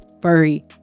furry